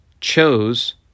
chose